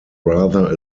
rather